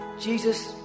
Jesus